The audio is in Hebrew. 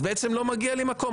אז בעצם לא מגיע לי מקום.